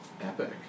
Epic